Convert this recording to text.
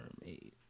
mermaid